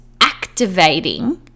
activating